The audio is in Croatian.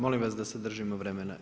Molim vas da se držimo vremena.